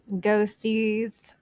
ghosties